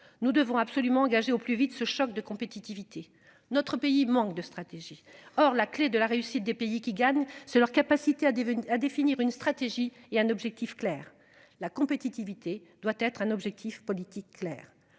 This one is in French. Nous devons absolument engager au plus vite ce choc de compétitivité, notre pays manque de stratégie. Or la clé de la réussite des pays qui gagne, c'est leur capacité à devenir à définir une stratégie et un objectif clair la compétitivité doit être un objectif politique clair.